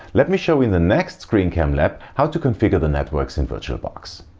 let me show in the next screen cam lab how to configure the networks in virtualbox